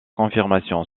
confirmation